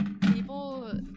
people